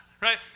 Right